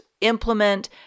implement